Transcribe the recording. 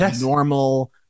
normal